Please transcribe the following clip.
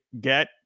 get